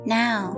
now